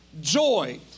joy